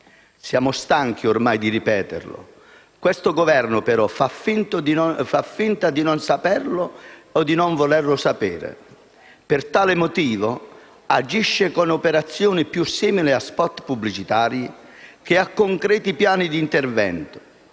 ormai stanchi di ripeterlo. Questo Governo, però, fa finta di non saperlo o di non volerlo sapere. Per tale motivo, agisce con operazioni più simili a *spot* pubblicitari che a concreti piani di intervento.